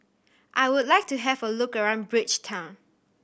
I would like to have a look around Bridgetown